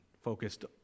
focused